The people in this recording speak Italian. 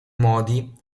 modi